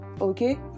okay